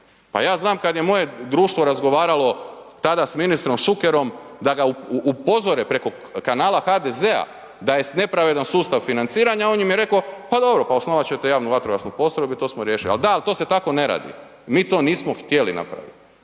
Pa ja znam kad je moje društvo razgovaralo tada s ministrom Šukerom da ga upozore preko kanala HDZ-a da je nepravedan sustav financiranja, on im je rekao pa dobro, osnovat ćete javnu vatrogasnu postrojbu i to smo riješili. Da, ali to se tako ne radi. Mi to nismo htjeli napraviti